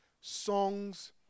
songs